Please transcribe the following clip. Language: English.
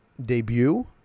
Debut